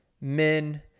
men